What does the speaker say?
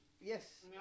Yes